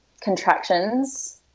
contractions